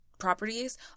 properties